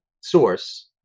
source